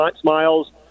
smiles